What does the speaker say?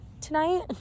tonight